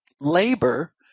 labor